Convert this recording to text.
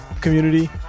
community